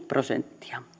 prosenttia